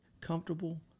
comfortable